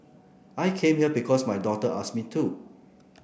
I came here because my daughter asked me to